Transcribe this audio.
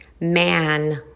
man